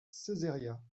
ceyzériat